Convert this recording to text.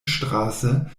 straße